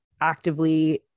actively